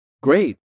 Great